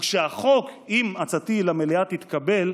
וכשהחוק, אם הצעתי למליאה תתקבל,